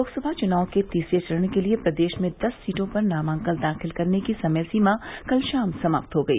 लोकसभा चुनाव के तीसरे चरण के लिये प्रदेश में दस सीटों पर नामांकन दाखिल करने की समय सीमा कल शाम समाप्त हो गई